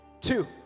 Two